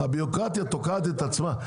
הבירוקרטיה תוקעת את עצמה,